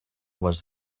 was